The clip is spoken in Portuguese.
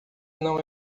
não